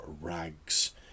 rags